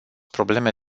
probleme